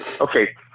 okay